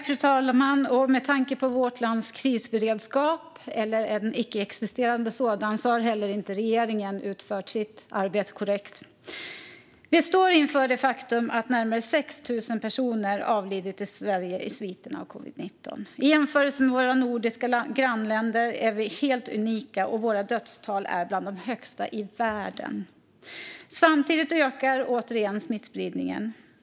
Fru talman! Med tanke på vårt lands krisberedskap - eller en icke-existerande sådan - har heller inte regeringen utfört sitt arbete korrekt. Vi står inför det faktum att närmare 6 000 personer i Sverige har avlidit i sviterna av covid-19. I jämförelse med våra nordiska grannländer är vi helt unika, och våra dödstal är bland de högsta i världen. Samtidigt ökar återigen smittspridningen.